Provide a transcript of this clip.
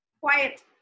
Quiet